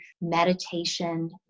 meditation